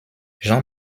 jean